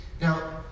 Now